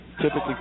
typically